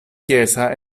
chiesa